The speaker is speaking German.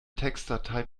textdatei